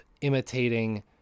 imitating